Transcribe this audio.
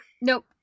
Nope